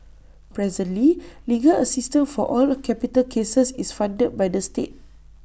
presently legal assistance for all capital cases is funded by the state